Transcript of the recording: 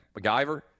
macgyver